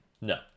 No